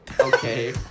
Okay